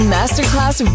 Masterclass